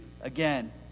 again